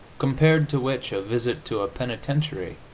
compared to which a visit to a penitentiary,